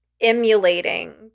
emulating